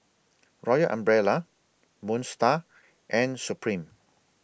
Royal Umbrella Moon STAR and Supreme